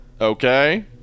Okay